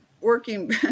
working